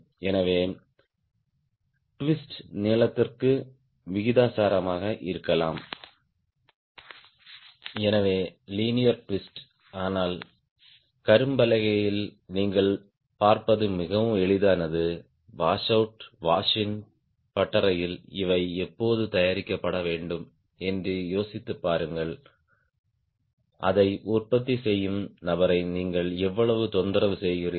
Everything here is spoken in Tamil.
எனவே ட்விஸ்ட் நீளத்திற்கு விகிதாசாரமாக இருக்கலாம் எனவே லீனியர் ட்விஸ்ட் ஆனால் கரும்பலகையில் நீங்கள் பார்ப்பது மிகவும் எளிதானது வாஷ் அவுட் வாஷ் இன் பட்டறையில் இவை எப்போது தயாரிக்கப்பட வேண்டும் என்று யோசித்துப் பாருங்கள் அதை உற்பத்தி செய்யும் நபரை நீங்கள் எவ்வளவு தொந்தரவு செய்கிறீர்கள்